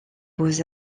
beaux